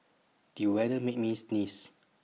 the weather made me sneeze